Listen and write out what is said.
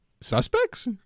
suspects